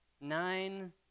Nine